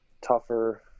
tougher